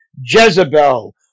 Jezebel